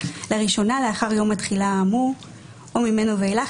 לראשונה לאחר יום התחילה האמור או ממנו ואילך,